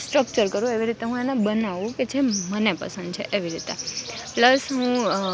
structure કરું એવી રીતે હું એને બનાવું કે જે મને પસંદ છે એવી રીતે પ્લસ હું